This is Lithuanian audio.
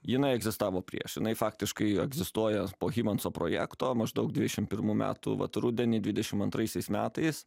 jinai egzistavo prieš jinai faktiškai egzistuoja po hymanso projekto maždaug dvidešim pirmų metų vat rudenį dvidešim antraisiais metais